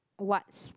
what's